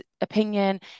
opinion